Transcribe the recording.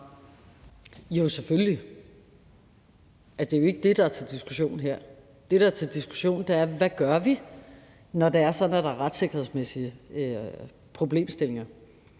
Jo, selvfølgelig. Det er jo ikke det, der er til diskussion her. Det, der er til diskussion, er, hvad vi gør, når der er retssikkerhedsmæssige problemstillinger.